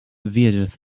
viajes